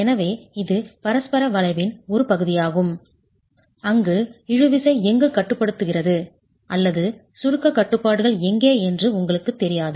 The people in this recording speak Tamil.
எனவே இது பரஸ்பர வளைவின் ஒரு பகுதியாகும் அங்கு இழுவிசை எங்கு கட்டுப்படுத்துகிறது அல்லது சுருக்கக் கட்டுப்பாடுகள் எங்கே என்று உங்களுக்குத் தெரியாது